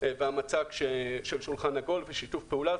והמצג של שולחן עגול ושיתוף פעולה,